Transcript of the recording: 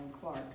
Clark